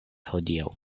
hodiaŭ